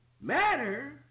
Matter